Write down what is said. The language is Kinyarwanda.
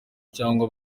cyangwa